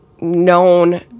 known